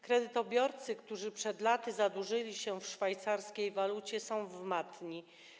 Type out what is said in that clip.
Kredytobiorcy, którzy przed laty zadłużyli się w szwajcarskiej walucie, są w matni.